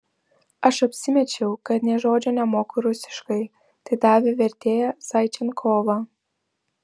aš apsimečiau kad nė žodžio nemoku rusiškai tai davė vertėją zaičenkovą